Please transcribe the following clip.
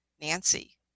Nancy